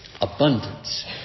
Abundance